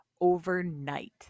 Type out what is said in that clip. overnight